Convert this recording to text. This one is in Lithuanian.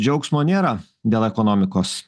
džiaugsmo nėra dėl ekonomikos